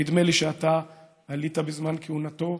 ונדמה לי שאתה עלית בזמן כהונתו